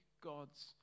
God's